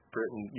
Britain